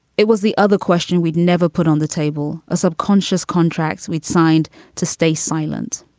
it was the other question we'd never put on the table a subconscious contracts we'd signed to stay silent